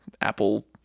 apple